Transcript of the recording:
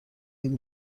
این